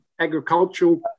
agricultural